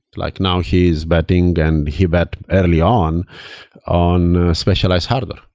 like now, he's betting and he bet early on on specialized hardware.